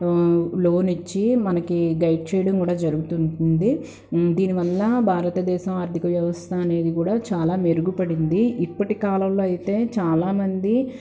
loan ఇచ్చి మనకి guide చేయడం కూడా జరుగుతూ ఉంటుంది దీని వల్ల భారతదేశం ఆర్థిక వ్యవస్థ అనేది కూడా చాలా మెరుగుపడింది ఇప్పటి కాలంలో అయితే చాలా మంది